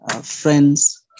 Friends